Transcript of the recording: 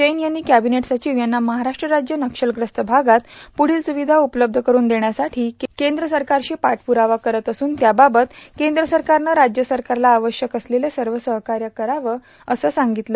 जैन यांनी कॅबिनेट सचिव यांना महाराष्ट्र राज्य नक्षलप्रस्त भागात पुढील सुविधा उपलब्ध करून देण्यासाठी केंद्र सरकारशी पाठपुरावा करीत असून याबाबत केंद्र सरकारनं राज्य सरकारला आवश्यक असलेले सर्व सहकार्य करावं असं सांगितलं